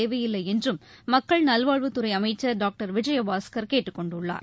தேவையில்லைஎன்றும் மக்கள் நல்வாழ்வுத் துறைஅமைச்சர் டாக்டர் விஜயபாஸ்கர் கேட்டுக் கொண்டுள்ளார்